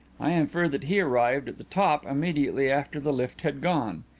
i infer that he arrived at the top immediately after the lift had gone.